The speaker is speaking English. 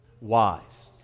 wise